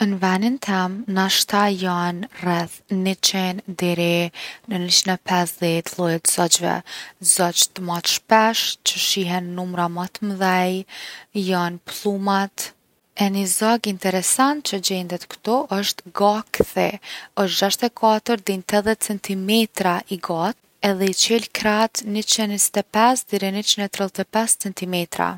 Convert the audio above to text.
N’venin tem nashta jon rreth 100 deri në 150 lloje t’zogjve. Zogjt ma t’shpesh që shihen n’numra ma t’mdhej jon pllumat. E ni zog interesant që gjendet ktu osht gakthi. Osht 64 dej n’80 cm i gatë edhe i qel kraht 125 deri 135 cm.